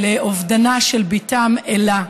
על אובדנה של בתם אלה.